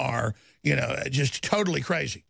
our you know just totally crazy